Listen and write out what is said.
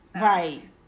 Right